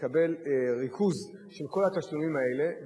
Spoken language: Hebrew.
נקבל ריכוז של כל התשלומים האלה.